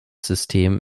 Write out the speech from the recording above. system